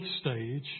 stage